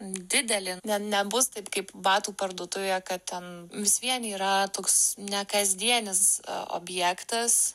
didelė ne nebus taip kaip batų parduotuvėje kad ten vis vien yra toks nekasdienis objektas